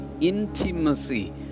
intimacy